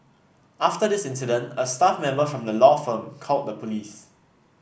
after the incident a staff member from the law firm called the police